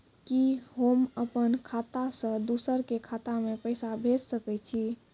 कि होम अपन खाता सं दूसर के खाता मे पैसा भेज सकै छी?